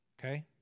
Okay